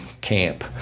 camp